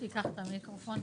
אולי תיקח את המיקרופון.